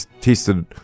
tested